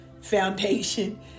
foundation